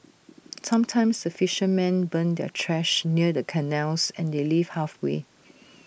sometimes the fishermen burn their trash near the canals and they leave halfway